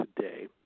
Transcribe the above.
today